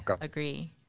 agree